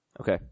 Okay